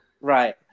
Right